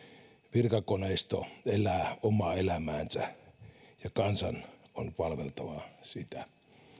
virkakoneisto elää omaa elämäänsä ja kansan on palveltava sitä